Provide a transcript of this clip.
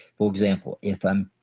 for example if i'm,